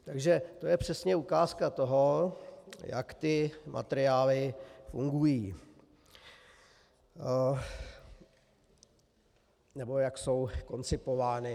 Takže to je přesně ukázka toho, jak materiály fungují, jak jsou koncipovány.